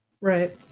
Right